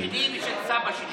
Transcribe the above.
שלי ושל סבא שלי.